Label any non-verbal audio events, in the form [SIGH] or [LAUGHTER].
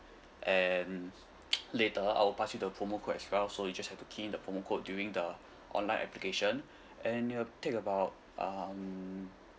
and later I'll pass you the promo code as well so you just have to key in the promo code during the [BREATH] online application [BREATH] and it will take about um